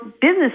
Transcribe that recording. business